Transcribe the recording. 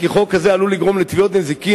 שחוק כזה עלול לגרום לתביעות נזיקין